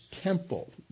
temple